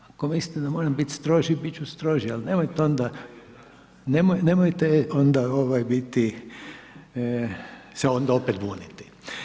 Ako mislite da moram biti stroži, biti ću stroži, ali nemojte onda, nemojte onda biti se onda opet buniti.